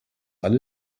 alle